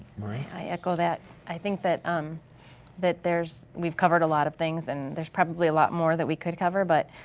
marie? i echo that. i think that um that we've covered a lot of things and there's probably a lot more that we could cover but